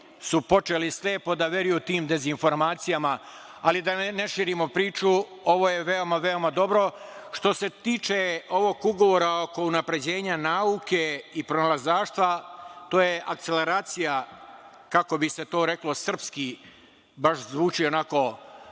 počeli slepo da veruju tim dezinformacijama. Da ne širimo priču. Ovo je veoma, veoma dobro. Što se tiče ovog ugovora oko unapređenja nauke i pronalazaštva, to je akceleracija, kako bi se to reklo srpski baš zvuči,